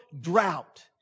drought